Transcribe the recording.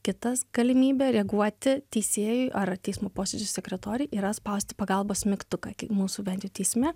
kitas galimybė reaguoti teisėjui ar teismo posėdžių sekretoriui yra spausti pagalbos mygtuką mūsų bent jau teisme